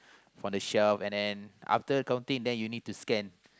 from the shelf and then after counting then you need to scan